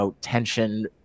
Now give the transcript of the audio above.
tension